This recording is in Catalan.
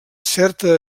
certa